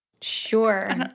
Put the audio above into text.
Sure